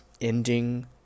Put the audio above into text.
ending